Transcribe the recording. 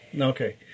Okay